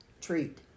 Treat